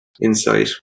insight